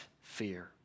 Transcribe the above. fear